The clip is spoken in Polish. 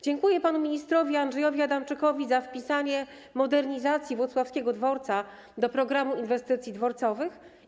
Dziękuję panu ministrowi Andrzejowi Adamczykowi za wpisanie modernizacji włocławskiego dworca do „Programu inwestycji dworcowych”